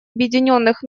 объединенных